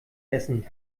essen